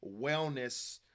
wellness